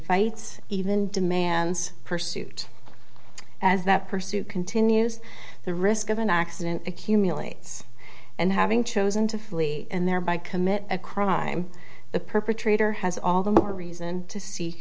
invites even demands pursuit as that pursuit continues the risk of an accident accumulates and having chosen to flee and thereby commit a crime the perpetrator has all the more reason to see